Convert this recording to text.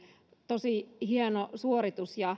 tosi hieno suoritus